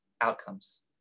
outcomes